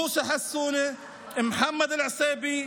מוסא חסונה, מוחמד אלעסיבי,